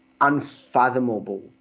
unfathomable